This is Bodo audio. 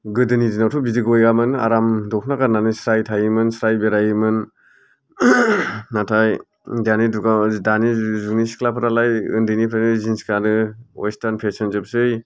गोदोनि दिनावथ' बिदि गैयामोन आराम दख'ना गाननानै स्राय थायोमोन स्राय बेरायोमोन नाथाय दानि जुगाव दानि जुगनि सिख्लाफ्रालाय उन्दैनिफ्रायनो जिन्स गानो अवेस्टार्न फेसनजोबसै